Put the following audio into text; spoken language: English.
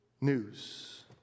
news